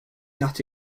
that